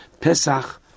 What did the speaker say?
Pesach